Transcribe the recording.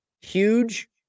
huge